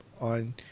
On